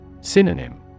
Synonym